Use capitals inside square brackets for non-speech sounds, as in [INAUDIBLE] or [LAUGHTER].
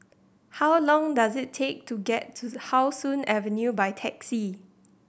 how long does it take to get to [UNINTELLIGIBLE] How Sun Avenue by taxi